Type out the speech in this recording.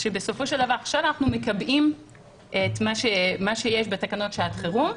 בסופו של דבר עכשיו אנחנו מקבעים את מה שיש בתקנות שעת חירום.